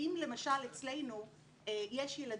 יחד